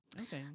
Okay